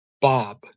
Bob